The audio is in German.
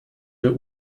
der